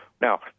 Now